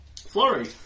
Flurry